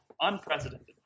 Unprecedented